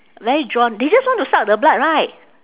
very drawn they just want to suck the blood right